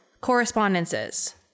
correspondences